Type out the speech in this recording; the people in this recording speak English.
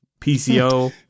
PCO